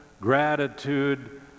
gratitude